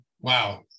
wow